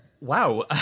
Wow